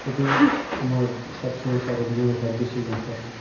এটি আমার সব সময় স্মরণীয় হয়ে থাকবে সেই আঁকাটি